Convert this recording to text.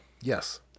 Yes